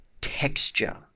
texture